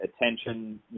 attention